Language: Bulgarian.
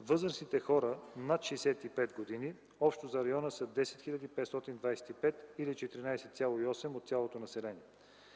Възрастните хора над 65 години общо за района са 10 525 или 14,8% от цялото население.